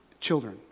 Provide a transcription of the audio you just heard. children